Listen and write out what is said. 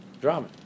drama